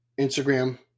Instagram